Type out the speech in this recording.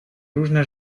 różne